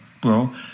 bro